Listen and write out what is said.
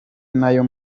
nayo